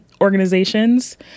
organizations